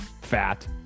Fat